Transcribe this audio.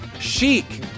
chic